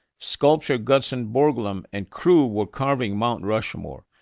sculptor gutzon borglum and crew were carving mount rushmore,